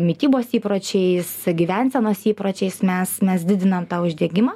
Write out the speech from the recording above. mitybos įpročiais gyvensenos įpročiais mes mes didinam tą uždegimą